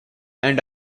and